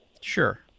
Sure